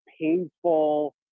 painful